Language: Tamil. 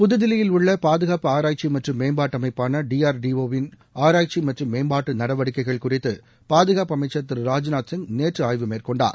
புது தில்லியில் உள்ள பாதுகாப்பு ஆராய்ச்சி மற்றும் மேம்பாட்டு அமைப்பான டிஆர்டிஒ வின் ஆராய்ச்சி மற்றும் மேம்பாட்டு நடவடிக்கைகள் குறித்து பாதுகாப்பு அமைச்சர் திரு ராஜ்நாத் சிப் நேற்று ஆய்வு மேற்கொண்டார்